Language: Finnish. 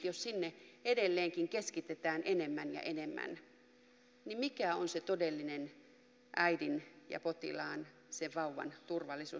jos sinne edelleenkin keskitetään enemmän ja enemmän niin mikä on se todellinen äidin ja potilaan sen vauvan turvallisuus